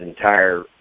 entire